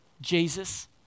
Jesus